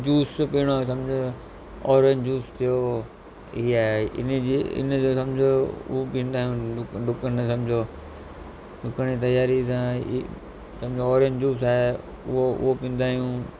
juice पीअण आहे सम्झ औरेंज जूस पीओ इअ आहे इनजी इनजो सम्झो हू पीअंदा आहियूं डुक डुकंदे सम्झो डुकण जी तियारी त सम्झो औरेंज जूस आहे उहो उहो पीअंदा आहियूं